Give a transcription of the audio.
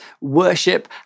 worship